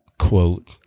quote